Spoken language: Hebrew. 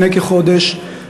לפני כחודש,